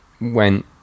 went